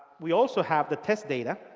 we also have the test data.